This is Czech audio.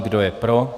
Kdo je pro?